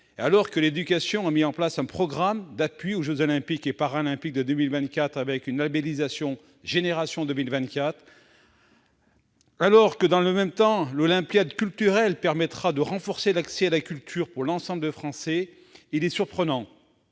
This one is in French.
alors que l'éducation nationale a mis en place un programme d'appui aux jeux Olympiques et Paralympiques de 2024 avec une labellisation « génération 2024 », alors que, dans le même temps, l'olympiade culturelle permettra de renforcer l'accès à la culture pour l'ensemble des Français, il est surprenant